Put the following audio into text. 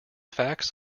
facts